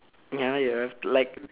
ya you have like